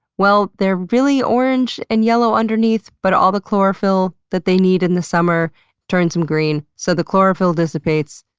well they're really orange and yellow underneath, but all the chlorophyll that they need in the summer turns them green. so the chlorophyll dissipates,